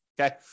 Okay